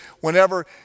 whenever